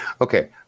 okay